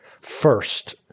first